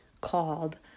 called